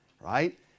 right